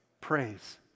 Praise